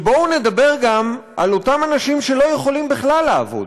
ובואו נדבר עם על אותם אנשים שלא יכולים בכלל לעבוד.